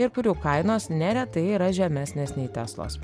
ir kurių kainos neretai yra žemesnės nei teslos